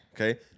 okay